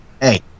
Hey